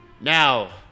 now